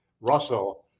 Russell